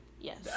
Yes